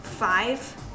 Five